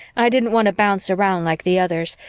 i didn't want to bounce around like the others.